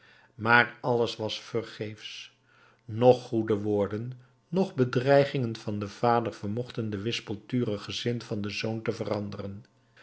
maar alles was vergeefsch noch goede woorden noch bedreigingen van den vader vermochten den wispelturigen zin van den zoon te veranderen